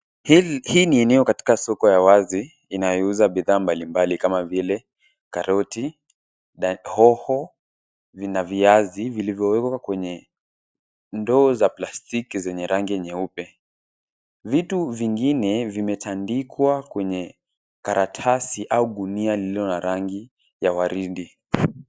Hii ni eneo katika soko ya wazi inayouza bidhaa mbalimbali kama vile karoti, hoho na viazi vilivyowekwa kwenye ndoo za plastiki zenye rangi nyeupe. Vitu vingine vimetandikwa kwenye karatasi la gunia lililo na rangi ya waridi.